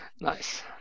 nice